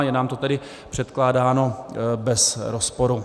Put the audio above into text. Je nám to tedy předkládáno bez rozporu.